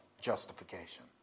justification